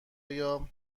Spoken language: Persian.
ایا